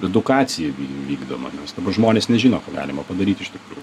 edukacija vyk vykdoma nes dabar žmonės nežino ką galima padaryt iš tikrųjų